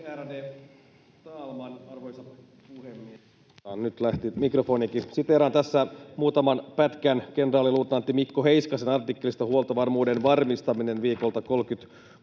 puhemies! Siteeraan tässä muutaman pätkän kenraaliluutnantti Mikko Heiskasen artikkelista ”Huoltovarmuuden varmistaminen” viikolta 36.